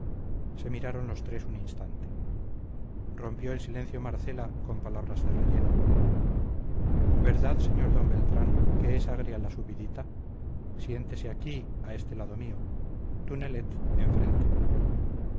se miraron los tres un instante rompió el silencio marcela con palabras de relleno verdad sr d beltrán que es agria la subidita siéntese aquí a este lado mío tú nelet enfrente